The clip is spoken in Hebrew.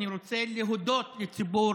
אני רוצה להודות לציבור